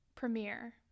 premiere